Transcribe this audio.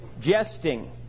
jesting